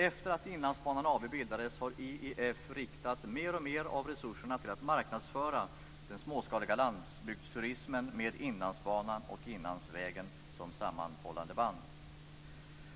Efter att Inlandsbanan AB bildades har IEF riktat mer av resurserna till att marknadsföra den småskaliga landsbygdsturismen med